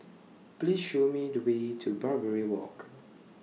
Please Show Me The Way to Barbary Walk